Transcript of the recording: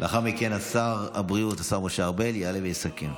לאחר מכן שר הבריאות, השר משה ארבל, יעלה ויסכם.